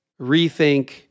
rethink